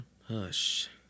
hush